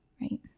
right